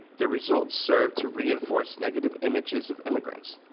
the result served to reinforce negative images of immigrants.